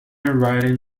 writing